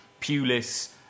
Pulis